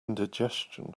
indigestion